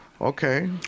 Okay